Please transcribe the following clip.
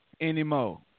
anymore